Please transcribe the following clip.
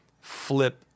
Flip